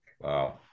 wow